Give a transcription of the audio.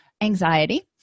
anxiety